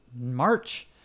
March